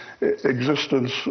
existence